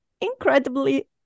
incredibly